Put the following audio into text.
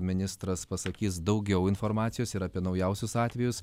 ministras pasakys daugiau informacijos ir apie naujausius atvejus